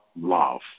love